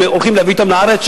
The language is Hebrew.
הולכים להביא אותם לארץ,